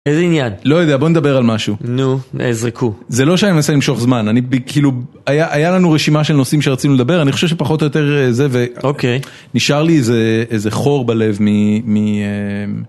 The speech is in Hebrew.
איזה עניין? - לא יודע, בוא נדבר על משהו. - נו, זרקו. - זה לא שאני מנסה למשוך זמן, אני כאילו... היה לנו רשימה של נושאים שרצינו לדבר, אני חושב שפחות או יותר זה ו... - אוקיי. - נשאר לי איזה... איזה חור בלב מ...